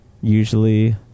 usually